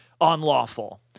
unlawful